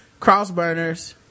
Crossburners